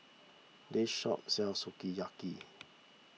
this shop sells Sukiyaki